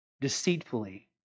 deceitfully